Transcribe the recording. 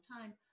time